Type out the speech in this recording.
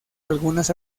algunas